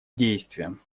действиям